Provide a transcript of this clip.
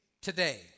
today